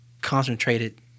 concentrated